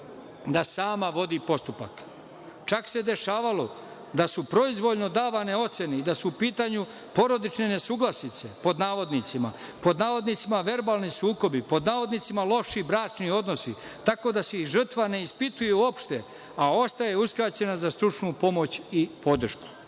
da sama vodi postupak. Čak se dešavalo da su proizvoljno davane ocene i da su u pitanju porodične nesuglasice, pod navodnicima, pod navodnicima verbalni sukobi, pod navodnicima loši bračni odnosi, tako da se i žrtva ne ispituje uopšte, a ostaje uskraćena za stručnu pomoć i